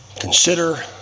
Consider